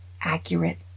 accurate